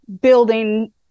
building